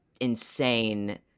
insane